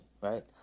right